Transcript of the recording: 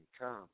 come